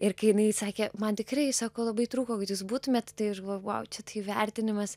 ir kai jinai sakė man tikrai sako labai trūko kad jūs būtumėt tai išgalvojau čia tai įvertinimas